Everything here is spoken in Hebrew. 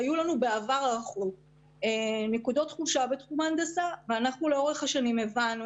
בעבר הרחוק היו לנו נקודות חולשה בתחום ההנדסה ואנחנו לאורך השנים הבנו